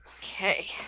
Okay